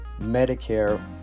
Medicare